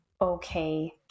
okay